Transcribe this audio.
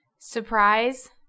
Surprise